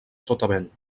sotavent